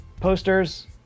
Posters